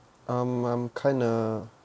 um I'm kinda